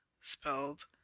Spelled